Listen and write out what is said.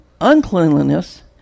uncleanliness